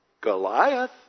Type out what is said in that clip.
Goliath